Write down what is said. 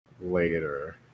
later